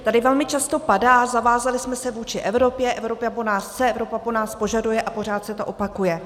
Tady velmi často padá: zavázali jsme se vůči Evropě, Evropa po nás chce, Evropa po nás požaduje, a pořád se to opakuje.